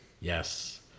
Yes